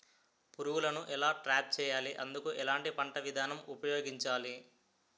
పురుగులను ఎలా ట్రాప్ చేయాలి? అందుకు ఎలాంటి పంట విధానం ఉపయోగించాలీ?